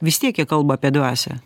vis tiek jie kalba apie dvasią